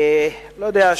אני לא יודע,